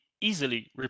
easily